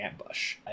ambush